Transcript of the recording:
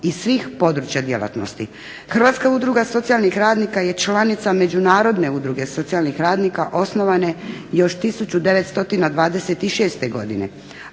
Hrvatska udruga socijalnih radnika je članica međunarodne udruge socijalnih radnika osnovane još 1926. godine,